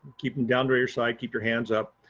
keep them down to your side. keep your hands up.